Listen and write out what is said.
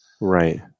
Right